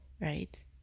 right